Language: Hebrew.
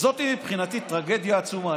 זאת מבחינתי טרגדיה עצומה.